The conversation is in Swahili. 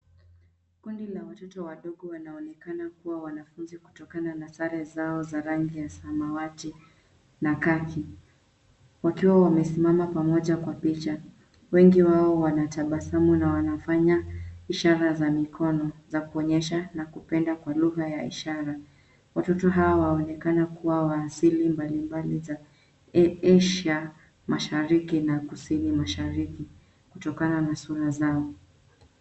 Kundi la watoto wadogo wanaoonekana kuwa wanafunzi kutokana na sare zao za rangi ya samawati na khaki, wakiwa wamesimama pamoja kwa picha. Wengi wao wanatabasamu na wanafanya ishara za mikono za kuonyesha nakupenda kwa lugha ya ishara. Watoto hawa wanaonekana kuwa wa asili mbalimbali za Asia, Mashariki na Kusini Mashariki kutokana na sura zao.